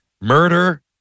murder